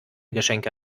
geschenke